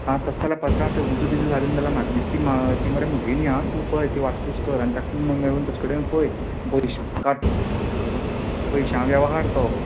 आ तस जाल्या पचा तें उज् बीज लागल् जाल्या म्हाका दिसती मा ती मरे मगे न्ही आ तूं पळय ती वासपूस कर आनी ताका मेळून तज कडेन पळय बरिशी काड पयशा वेवहार तो